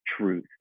truth